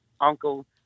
Uncle